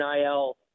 NIL